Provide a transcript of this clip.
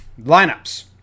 Lineups